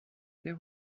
they